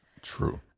True